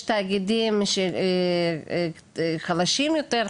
יש תאגידים שחלשים יותר,